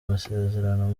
masezerano